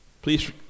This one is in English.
Please